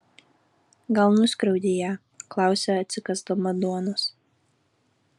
gal nuskriaudei ją klausia atsikąsdama duonos